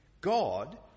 God